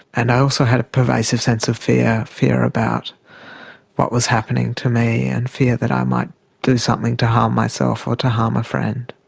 and i also had a pervasive sense of fear, fear about what was happening to me and fear that i might do something to harm myself or to harm a friend.